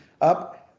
up